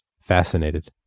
fascinated